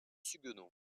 suguenot